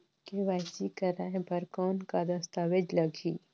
KYC कराय बर कौन का दस्तावेज लगही?